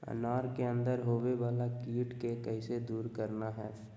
अनार के अंदर होवे वाला कीट के कैसे दूर करना है?